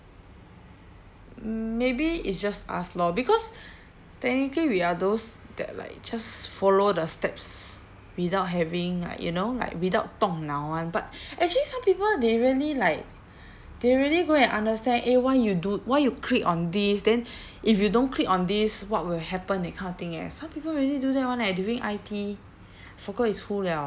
maybe it's just us lor because technically we are those that like just follow the steps without having like you know like without 动脑 [one] but actually some people they really like they really go and understand eh why you do why you click on this then if you don't click on this what will happen that kind of thing eh some people really do that one eh during I_T forgot is who liao